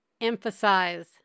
emphasize